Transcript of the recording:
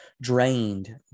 drained